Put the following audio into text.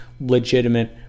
legitimate